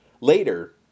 Later